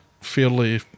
fairly